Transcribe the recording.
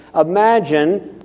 Imagine